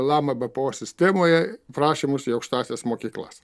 lama bpo sistemoje prašymus į aukštąsias mokyklas